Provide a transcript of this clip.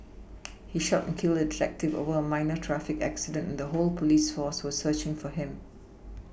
he shot and killed a detective over a minor traffic accident the whole police force was searching for him